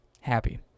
happy